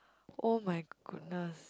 oh-my-goodness